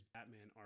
Batman